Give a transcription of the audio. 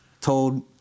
told